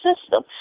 system